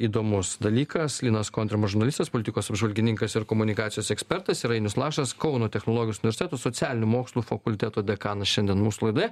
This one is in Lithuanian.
įdomus dalykas linas kontrimas žurnalistas politikos apžvalgininkas ir komunikacijos ekspertas ir ainius lašas kauno technologijos universiteto socialinių mokslų fakulteto dekanas šiandien mūsų laidoje